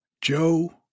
Joe